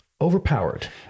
overpowered